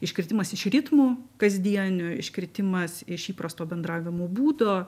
iškritimas iš ritmų kasdieninių iškritimas iš įprasto bendravimo būdo